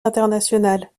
internationales